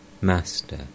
Master